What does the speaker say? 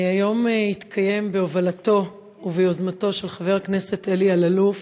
היום התקיים בהובלתו וביוזמתו של חבר הכנסת אלי אלאלוף